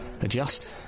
adjust